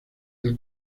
del